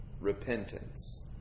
repentance